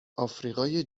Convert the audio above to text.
آفریقای